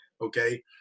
okay